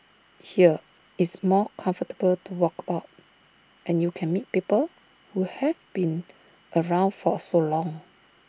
here it's more comfortable to walk about and you can meet people who've been around for so long